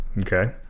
okay